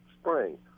spring